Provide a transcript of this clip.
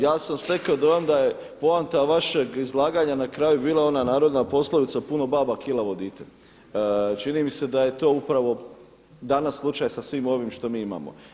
Ja sam stekao dojam da je poanta vašeg izlaganja na kraju bila ona narodna poslovica „Puno baba, kilavo dite“, čini mi se da je to upravo danas slučaj sa svim ovim što mi imamo.